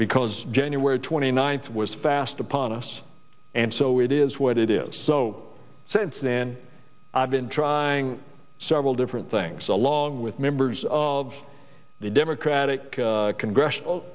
because january twenty ninth was fast upon us and so it is what it is so since then i've been trying several different things along with members of the democratic congressional